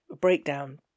breakdown